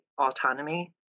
autonomy